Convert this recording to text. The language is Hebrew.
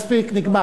רבותי, מספיק, נגמר.